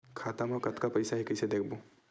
खाता मा कतका पईसा हे कइसे देखबो?